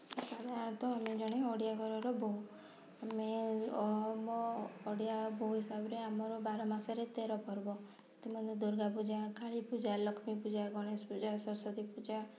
ଓଡ଼ିଶାରେ ତ ଆମେ ଜଣେ ଓଡ଼ିଆ ଘରର ବୋହୁ ଆମେ ଆମ ଓଡ଼ିଆ ବୋହୁ ହିସାବରେ ଆମର ବାର ମାସରେ ତେର ପର୍ବ ସେଥି ମଧ୍ୟ ଦୁର୍ଗା ପୂଜା କାଳୀ ପୂଜା ଲକ୍ଷ୍ମୀ ପୂଜା ଗଣେଶ ପୂଜ ସରସ୍ୱତୀ ପୂଜା